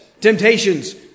Temptations